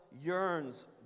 yearns